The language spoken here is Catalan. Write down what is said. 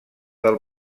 del